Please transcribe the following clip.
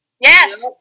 Yes